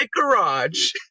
garage